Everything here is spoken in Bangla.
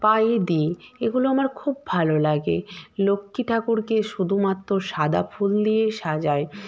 পায়ে দিই এগুলো আমার খুব ভালো লাগে লক্ষ্মী ঠাকুরকে শুধুমাত্র সাদা ফুল দিয়েই সাজাই